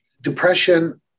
depression